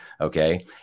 okay